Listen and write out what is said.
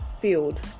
field